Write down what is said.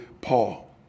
Paul